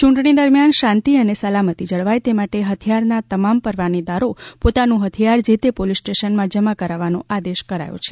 ચૂંટણી દરમ્યાન શાંતિ અને સલામતી જળવાય તે માટે હથિયારના તમામ પરવાનેદારો પોતાનું હથિયાર જે તે પોલીસ સ્ટેશનમાં જમા કરવાવવાનો આદેશ કરાયો છે